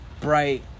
bright